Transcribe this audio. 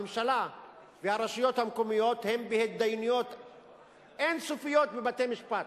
הממשלה והרשויות המקומיות הן בהתדיינויות אין-סופיות בבתי-משפט,